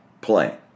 play